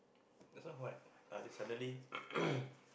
that's why what ah then suddenly